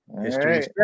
history